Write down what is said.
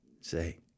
say